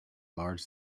large